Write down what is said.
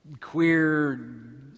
queer